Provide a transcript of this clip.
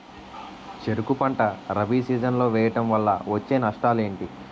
చెరుకు పంట రబీ సీజన్ లో వేయటం వల్ల వచ్చే నష్టాలు ఏంటి?